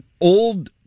old